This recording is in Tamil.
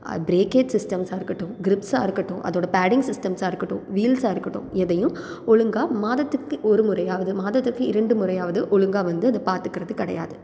பிரேக்கேஜ் சிஸ்டம்ஸாக இருக்கட்டும் கிரிப்ஸ்ஸாக இருக்கட்டும் அதோடய பேடிங் சிஸ்டம்ஸாக இருக்கட்டும் வீல்ஸ்ஸாக இருக்கட்டும் எதையும் ஒழுங்காக மாதத்துக்கு ஒரு முறையாவது மாதத்துக்கு இரண்டு முறையாவது ஒழுங்காக வந்து அதை பார்த்துக்கிறது கிடையாது